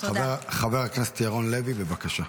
חבר הכנסת ירון לוי, בבקשה.